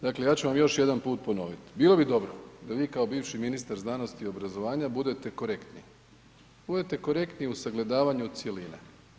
Dakle, ja ću vam još jedan put ponovit, bilo bi dobro da vi kao bivši ministar znanosti i obrazovanja budete korektni, budete korektni u sagledavanju cjeline.